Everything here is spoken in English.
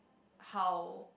how